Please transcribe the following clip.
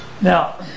Now